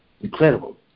Incredible